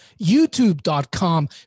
youtube.com